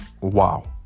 Wow